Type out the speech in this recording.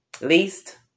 least